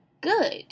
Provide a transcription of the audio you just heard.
good